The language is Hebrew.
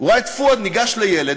הוא ראה את פואד ניגש לילד,